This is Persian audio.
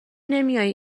نمیایی